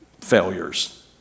failures